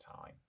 time